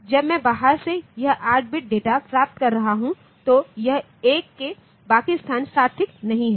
जब मैं बाहर से यह 8 बिट डेटा प्राप्त कर रहा हूं तो यह 1 के बाकी स्थान सार्थक नहीं हैं